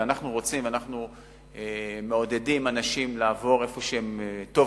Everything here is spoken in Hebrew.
ואנחנו מעודדים אנשים לעבור לאיפה שטוב